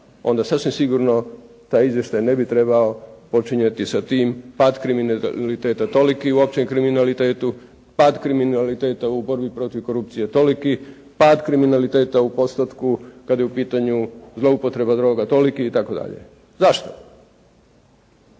onda sasvim sigurno taj izvještaj ne bi trebao počinjati sa tim pad kriminaliteta toliki u općem kriminalitetu, pad kriminalitetu u borbi protiv korupcije toliki, pad kriminaliteta u postotku kad je u pitanju zloupotreba droga toliki itd. Zašto?